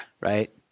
right